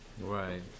Right